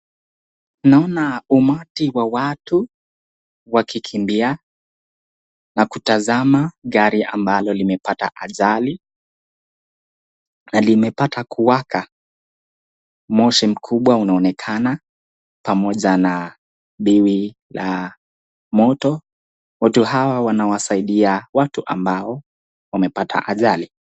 Naona umati wa watu wakikimbia na kutazama gari ambalo limepata ajali na limepata kuwaka. Moshi mkubwa unaonekana pamoja na biwi la moto. Watu hawa wanawasaidia watu ambao wamepata ajali.